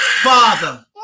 Father